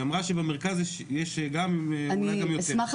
היא אמרה שבמרכז יש אולי יותר מחסור,